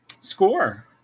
Score